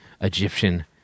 Egyptian